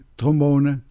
trombone